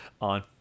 on